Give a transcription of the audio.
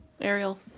Ariel